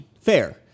Fair